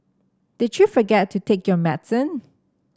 did you forget to take your medicine